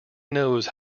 knows